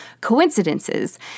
coincidences